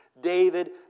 David